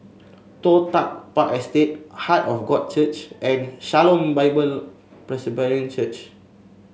Toh Tuck Park Estate Heart of God Church and Shalom Bible Presbyterian Church